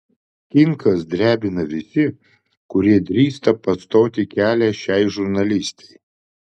kinkas drebina visi kurie drįsta pastoti kelią šiai žurnalistei